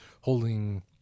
holding